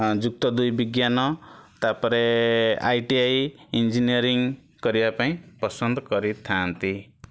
ଆ ଯୁକ୍ତ ଦୁଇ ବିଜ୍ଞାନ ତାପରେ ଆଇ ଟି ଆଇ ଇଂଜିନିୟରିଂ କରିବା ପାଇଁ ପସନ୍ଦ କରିଥାନ୍ତି